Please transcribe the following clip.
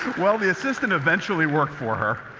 well, the assistant eventually worked for her.